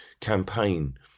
campaign